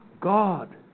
God